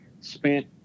spent